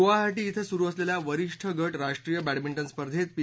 गुवाहाटी शें सुरु असलेल्या वरीष्ठ गट राष्ट्रीय बॅडमिंटन स्पर्धेत पी